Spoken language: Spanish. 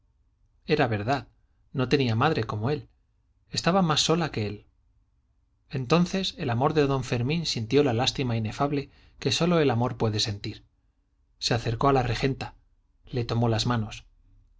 era verdad no tenía madre como él estaba más sola que él entonces el amor de don fermín sintió la lástima inefable que sólo el amor puede sentir se acercó a la regenta le tomó las manos